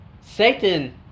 Satan